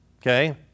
Okay